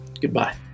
goodbye